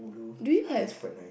do you have